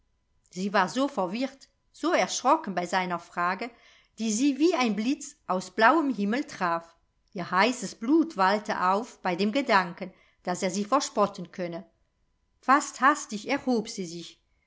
sie war so verwirrt so erschrocken bei seiner frage die sie wie ein blitz aus blauem himmel traf ihr heißes blut wallte auf bei dem gedanken daß er sie verspotten könne fast hastig erhob sie sich